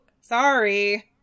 Sorry